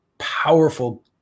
powerful